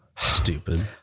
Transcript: stupid